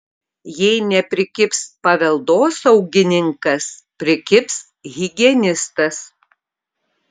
jei neprikibs paveldosaugininkas prikibs higienistas